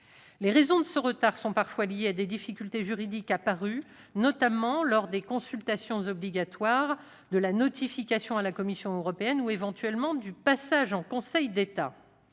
Les raisons de ce retard sont parfois liées à des difficultés juridiques apparues notamment lors des consultations obligatoires, de la notification à la Commission européenne, ou éventuellement du passage en Conseil d'État.